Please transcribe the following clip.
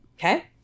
okay